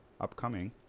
upcoming